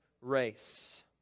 Race